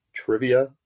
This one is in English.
Trivia